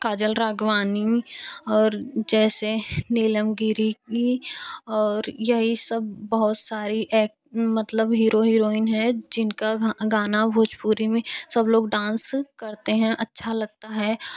काजल राघवानी और जैसे नीलम गिरी की और यही सब बहुत सारी अएक मतलब हीरो हीरोइन हैं जिनका गा गाना भोजपुरी में सब लोग डांस करते हैं अच्छा लगता है